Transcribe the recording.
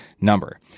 number